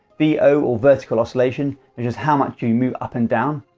vo or vertical oscillation measures how much you move up and down.